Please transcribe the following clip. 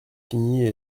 finis